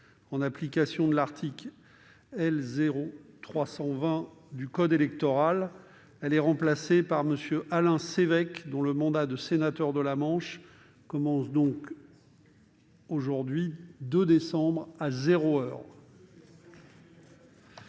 En application de l'article L.O. 320 du code électoral, elle est remplacée par M. Alain Sévêque, dont le mandat de sénateur de la Manche commence le 2 décembre, à zéro heure.